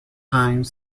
time